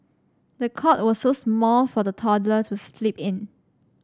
the cot was so small for the toddler to sleep in